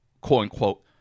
quote-unquote